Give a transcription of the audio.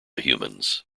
humans